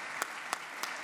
(מחיאות כפיים)